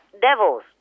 devils